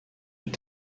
est